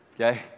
Okay